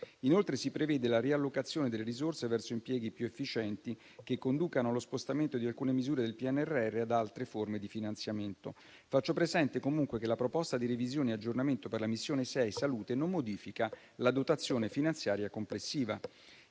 Inoltre, si prevede la riallocazione delle risorse verso impieghi più efficienti, che conducano lo spostamento di alcune misure del PNRR ad altre forme di finanziamento. Faccio presente, comunque, che la proposta di revisione e aggiornamento per la missione 6 salute non modifica la dotazione finanziaria complessiva.